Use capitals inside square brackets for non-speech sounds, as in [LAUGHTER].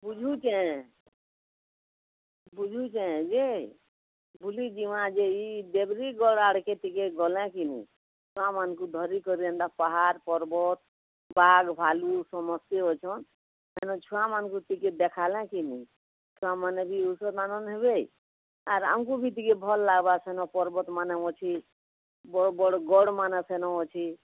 ବୁଝୁଛେଁ ବୁଝୁଛେଁ ଯେ ବୁଲିଯିବା ଯେ ଇ ଡେଭିରଗଡ଼ ଆଡ଼କେ ଟିକିଏ ଗଲେ କିନି ଛୁଆମାନଙ୍କୁ ଧରିକରି ଏନ୍ତା ପାହାଡ଼ ପର୍ବତ ବାଘ ଭାଲୁ ସମସ୍ତେ ଅଛନ ସେନୁ ଛୁଆମାନଙ୍କୁ ଟିକେ ଦେଖାଲେ କିନି ଛୁଆମାନେ ବି [UNINTELLIGIBLE] ହେବେ ଆର ଆମକୁ ବି ଟିକେ ଭଲ ଲାଗବା ସେନ ପର୍ବତ ମାନେ ଅଛି ବଡ଼ ବଡ଼ ଗଡ଼ ମାନେ ସେନ ଅଛି